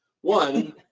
One